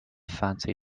fancy